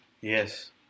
Yes